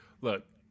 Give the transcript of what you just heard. look